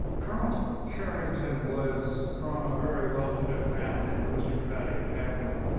colonel carrington was from a very well-to-do family, an aristocratic family,